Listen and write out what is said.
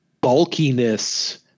bulkiness